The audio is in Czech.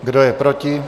Kdo je proti?